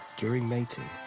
during mating,